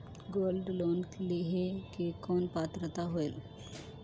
Gold loan लेहे के कौन पात्रता होएल?